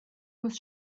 was